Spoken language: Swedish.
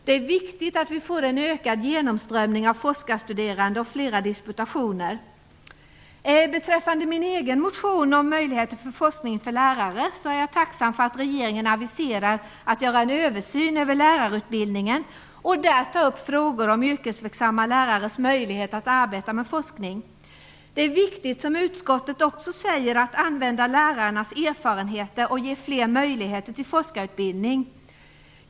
Det är viktigt att vi får en ökad genomströmning av forskarstuderande och flera disputationer. Beträffande min egen motion om möjligheter till forskning för lärare är jag tacksam för att regeringen aviserar att göra en översyn över lärarutbildningen och där ta upp frågor om yrkesverksamma lärares möjlighet att arbeta med forskning. Det är viktigt, som utskottet också säger, att använda lärarnas erfarenheter och att ge fler möjligheter till forskarutbildning.